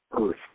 Earth